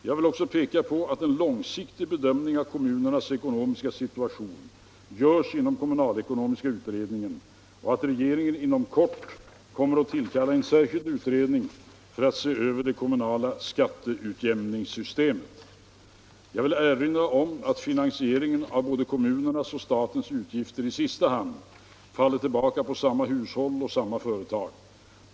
Jag vill också peka på att en långsiktig bedömning av kommunernas ekonomiska situation görs inom kommunalekonomiska utredningen och att regeringen inom kort kommer att tillkalla en särskild utredning för att se över det kommunala skatteutjämningssystemet. Jag vill erinra om att finansieringen av både kommunernas och statens utgifter i sista hand faller tillbaka på samma hushåll och samma företag.